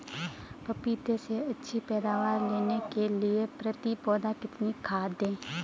पपीते से अच्छी पैदावार लेने के लिए प्रति पौधा कितनी खाद दें?